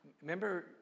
remember